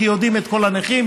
כי יודעים על כל הנכים,